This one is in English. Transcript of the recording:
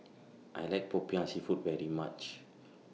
I like Popiah Seafood very much